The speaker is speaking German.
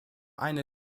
eine